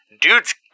Dude's